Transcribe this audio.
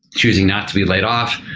choosing not to be laid off,